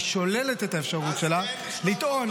היא שוללת את האפשרות שלה לטעון